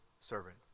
servant